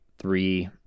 Three